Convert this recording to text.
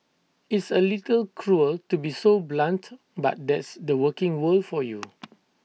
it's A little cruel to be so blunt but that's the working world for you